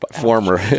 former